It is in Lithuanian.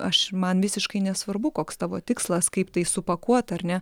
aš man visiškai nesvarbu koks tavo tikslas kaip tai supakuot ar ne